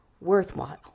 worthwhile